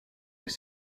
des